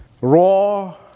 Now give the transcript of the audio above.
raw